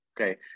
okay